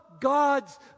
God's